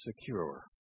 secure